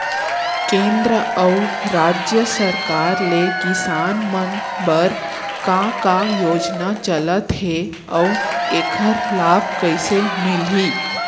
केंद्र अऊ राज्य सरकार ले किसान मन बर का का योजना चलत हे अऊ एखर लाभ कइसे मिलही?